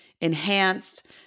enhanced